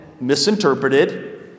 misinterpreted